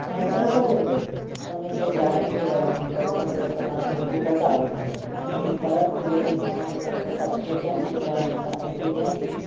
नाहीतर सोडून दे म्हणून मी ते जॉईन केलं आणि मी करून बघितलं तर मला ते खूपच आवडलं म्हणून मी परत पुढे तीन महिन्याचे त्यांचे सबस्क्रिप्शन घेतलं आणि आता कंटिन्यूअस मी